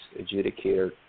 adjudicator